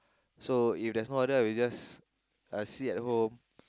so if there's no order I will just uh sit at home